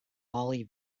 lolly